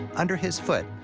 under his foot,